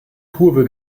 kurve